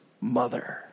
mother